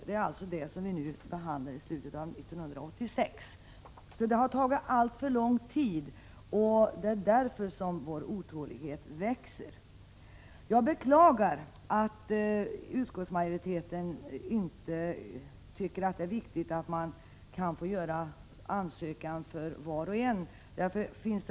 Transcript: Det är det förslaget som vi nu behandlar i slutet av 1986. ke Det har alltså tagit alltför lång tid att få fram förslag. Det är därför som vår Förslag Om förhands É än besked i socialavgiftsotålighet har växt. 5 frågorm.m. Jag beklagar att utskottsmajoriteten inte tycker att det är viktigt att endast den ena parten skall kunna ansöka om förhandsbesked.